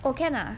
oh can ah